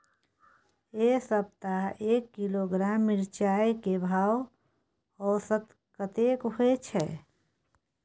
ऐ सप्ताह एक किलोग्राम मिर्चाय के भाव औसत कतेक होय छै?